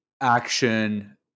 action